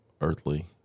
earthly